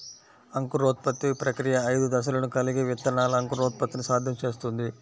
అంకురోత్పత్తి ప్రక్రియ ఐదు దశలను కలిగి విత్తనాల అంకురోత్పత్తిని సాధ్యం చేస్తుంది